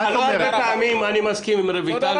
לא הרבה פעמים אני מסכים עם רויטל,